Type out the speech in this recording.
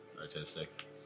artistic